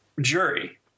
jury